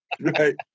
right